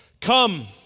Come